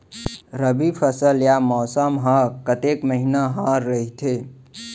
रबि फसल या मौसम हा कतेक महिना हा रहिथे?